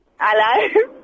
Hello